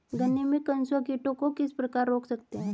गन्ने में कंसुआ कीटों को किस प्रकार रोक सकते हैं?